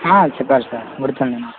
చెప్పాలి సార్ గుర్తుంది నాకు